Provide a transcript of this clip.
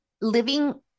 living